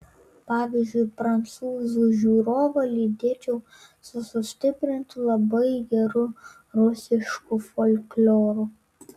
pavyzdžiui prancūzų žiūrovą lydėčiau su sustiprintu labai geru rusišku folkloru